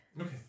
Okay